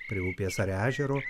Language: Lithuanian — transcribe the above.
prie upės ar ežero